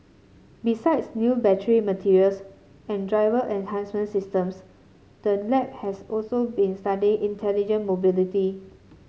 besides new battery materials and driver enhancement systems the lab has also been studying intelligent mobility